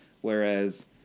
Whereas